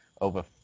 over